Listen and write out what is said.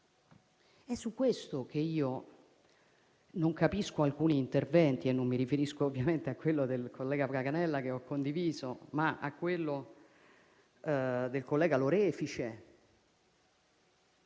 a questo che non capisco alcuni interventi e non mi riferisco, ovviamente, a quello del senatore Paganella, che ho condiviso, ma a quello del senatore Lorefice.